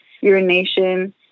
urination